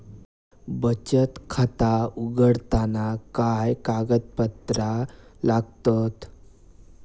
बचत खाता उघडताना काय कागदपत्रा लागतत?